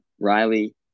Riley